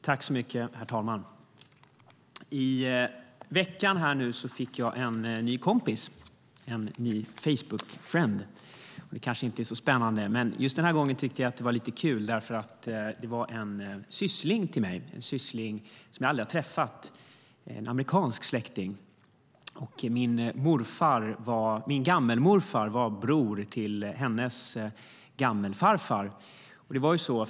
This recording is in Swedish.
Herr talman! I veckan fick jag en ny kompis, en ny Facebook-friend. Det kanske inte är så spännande, men den här gången tyckte jag att det var lite kul, för det var en syssling till mig, en syssling som jag aldrig har träffat, en amerikansk släkting. Min gammelmorfar var bror till hennes gammelfarfar.